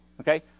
Okay